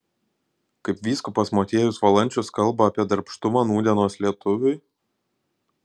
kaip vyskupas motiejus valančius kalba apie darbštumą nūdienos lietuviui